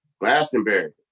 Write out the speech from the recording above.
Glastonbury